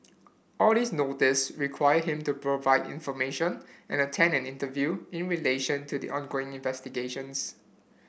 all these Notices require him to provide information and attend an interview in relation to the ongoing investigations